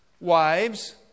Wives